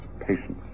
Patience